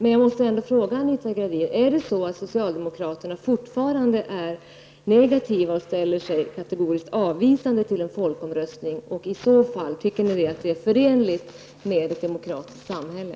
Är socialdemokraterna, Anita Gradin, fortfarande negativa och ställer sig kategoriskt avvisande till en folkomröstning? Tycker ni så fall att det är förenligt med ett demokratiskt samhälle?